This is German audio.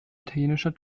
italienischer